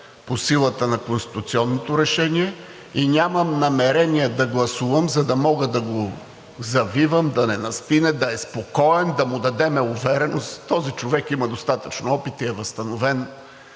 по силата на конституционното решение и нямам намерение да гласувам, за да мога да го завивам да не настине, да е спокоен, да му дадем увереност. Този човек има достатъчно опит и е възстановен